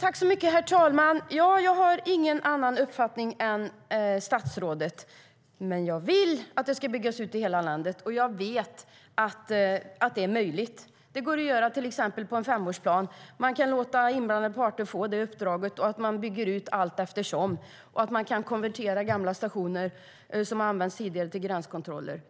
Herr talman! Jag har ingen annan uppfattning än statsrådet. Men jag vill att detta ska byggas ut i hela landet, och jag vet att det är möjligt. Det går att göra till exempel med en femårsplan. Man kan låta inblandade parter få uppdraget att bygga ut det allteftersom. Man kan konvertera gamla stationer som använts tidigare till gränskontroller.